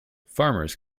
farmers